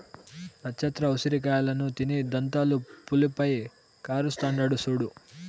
నచ్చత్ర ఉసిరి కాయలను తిని దంతాలు పులుపై కరస్తాండాడు సూడు